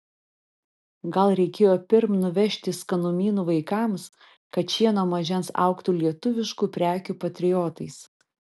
gal reikėjo pirm nuvežti skanumynų vaikams kad šie nuo mažens augtų lietuviškų prekių patriotais